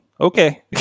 okay